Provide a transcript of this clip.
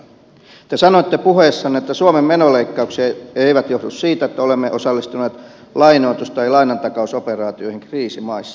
pääministeri katainen te sanoitte puheessanne että suomen menoleikkaukset eivät johdu siitä että olemme osallistuneet lainoitus tai lainantakausoperaatioihin kriisimaissa